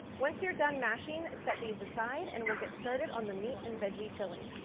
once you're done mashing, set these aside and we'll get started on the meat and veggie filling.